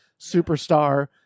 superstar